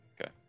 okay